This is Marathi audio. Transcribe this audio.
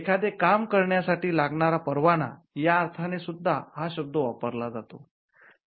एखादे काम करण्यासाठी लागणारा परवाना या अर्थाने सुद्धा हा शब्द वापरला जातो